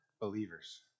believers